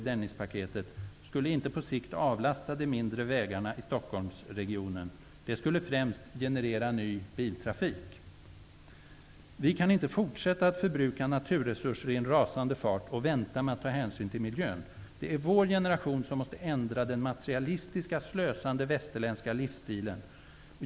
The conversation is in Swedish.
Dennispaketet, skulle inte på sikt avlasta de mindre vägarna i Stockholmsregionen. De skulle främst generera ny biltrafik. Vi kan inte fortsätta att förbruka naturresurser i en rasande fart och vänta med att ta hänsyn till miljön. Det är vår generation som måste ändra den materialistiska, slösande västerländska livsstilen.